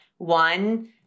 One